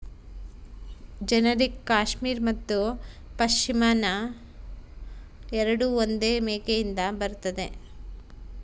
generic cashmere ಮತ್ತು ಪಶ್ಮಿನಾ ಎರಡೂ ಒಂದೇ ಮೇಕೆಯಿಂದ ಬರುತ್ತದೆ